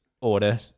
order